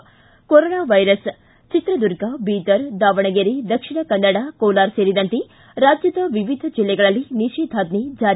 ಿ corona virus Chitradurga Bidar Davanagere Dakshina Kannada Kolar ಸೇರಿದಂತೆ ರಾಜ್ದದ ವಿವಿಧ ಜಿಲ್ಲೆಗಳಲ್ಲಿ ನಿಷೇಧಾಜ್ಞೆ ಜಾರಿ